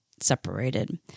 separated